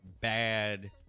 bad